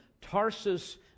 Tarsus